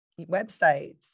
websites